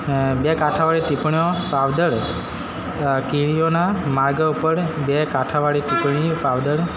એ બે કાંઠા વળે ટીપણીઓ પાવડર કીડીઓનાં માર્ગ ઉપર બે કાંઠા વડે ટીપણી પાવડર